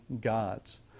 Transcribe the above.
God's